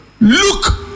Look